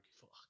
Fuck